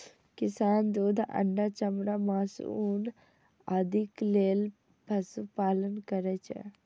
किसान दूध, अंडा, चमड़ा, मासु, ऊन आदिक लेल पशुपालन करै छै